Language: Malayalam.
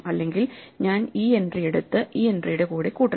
അല്ലെങ്കിൽ ഞാൻ ഈ എൻട്രി എടുത്ത് ഈ എൻട്രി യുടെ കൂടെ കൂട്ടണം